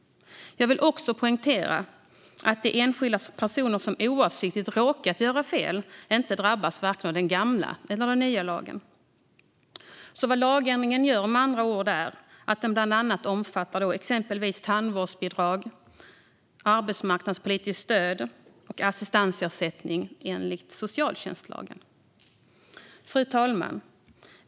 Jag vill också poängtera att enskilda personer som oavsiktligt råkat göra fel inte drabbas av vare sig den gamla eller den nya lagen. Vad lagändringen gör är med andra ord att bland annat omfatta exempelvis tandvårdsbidrag, arbetsmarknadspolitiskt stöd och assistansersättning enligt socialtjänstlagen. Fru talman!